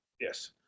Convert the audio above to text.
yes